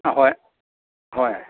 ꯑꯍꯣꯏ ꯍꯣꯏ